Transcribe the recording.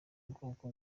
bwoko